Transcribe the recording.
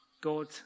God